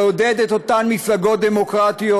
לעודד את אותן מפלגות דמוקרטיות,